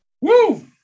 Woo